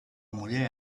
muller